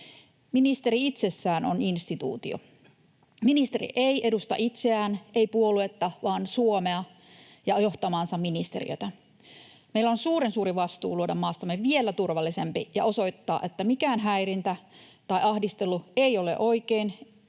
Ministeri itsessään on instituutio. Ministeri ei edusta itseään, ei puoluetta, vaan Suomea ja johtamaansa ministeriötä. Meillä on suuren suuri vastuu luoda maastamme vielä turvallisempi ja osoittaa, että mikään häirintä tai ahdistelu ei ole oikein